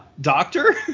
doctor